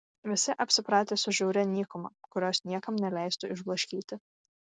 visi apsipratę su žiauria nykuma kurios niekam neleistų išblaškyti